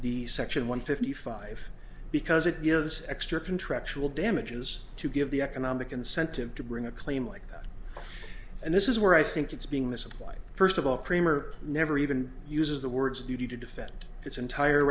the section one fifty five because it gives extra contractual damages to give the economic incentive to bring a claim like that and this is where i think it's being this is like first of all kramer never even uses the words duty to defend its entire